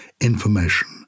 information